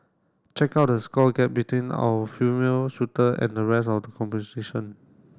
check out the score gap between our female shooter and the rest of the competition